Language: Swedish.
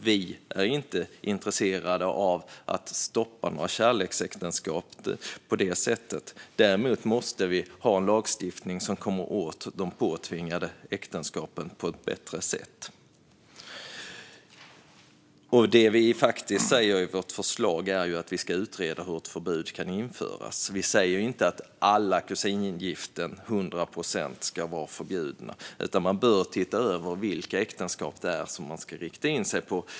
Vi är inte intresserade av att stoppa några kärleksäktenskap, men däremot måste vi ha en lagstiftning som kommer åt de påtvingade äktenskapen på ett bättre sätt. Det vi faktiskt säger i vårt förslag är att vi ska utreda hur ett förbud kan införas; vi säger inte att alla kusingiften till hundra procent ska vara förbjudna. Man bör i stället titta över vilka äktenskap det är man ska rikta in sig på.